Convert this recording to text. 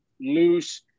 loose